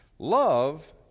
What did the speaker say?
Love